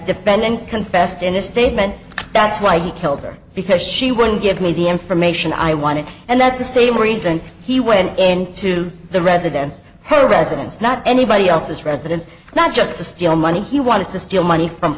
defendant confessed in this statement that's why he killed her because she wouldn't give me the information i wanted and that's the same reason he went in to the residence her residence not anybody else's residence not just to steal money he wanted to steal money from